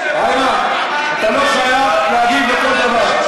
איימן, אתה לא חייב להגיב על כל דבר.